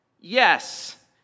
Yes